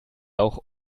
auch